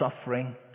suffering